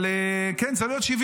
אבל כן, צריך להיות שוויון.